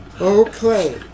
Okay